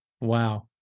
Wow